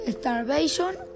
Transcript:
starvation